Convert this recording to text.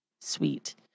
Sweet